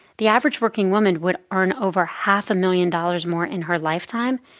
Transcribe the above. the average working woman would earn over half a million dollars more in her lifetime.